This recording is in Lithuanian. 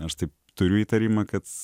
aš taip turiu įtarimą kad